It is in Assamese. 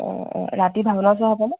অ অ ৰাতি ভাওনা চোৱা হ'বনে